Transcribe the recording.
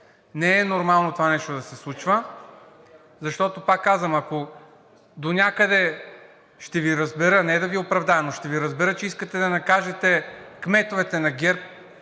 Не е нормално това нещо да се случва, защото, пак казвам, ако донякъде ще Ви разбера, не да Ви оправдая, но ще Ви разбера, че искате да накажете кметовете на ГЕРБ,